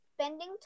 Spending